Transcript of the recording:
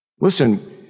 Listen